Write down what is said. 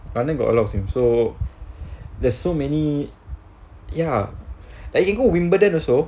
london got a lot of team so there's so many ya like can go wimbledon also